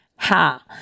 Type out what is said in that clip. Ha